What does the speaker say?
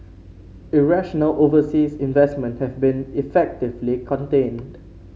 irrational overseas investment have been effectively contained